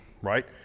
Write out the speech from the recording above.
right